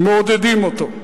מעודדים אותו,